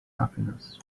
happiness